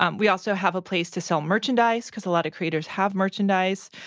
um we also have a place to sell merchandise, cause a lotta creators have merchandise.